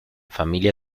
familia